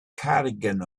cardigan